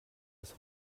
ist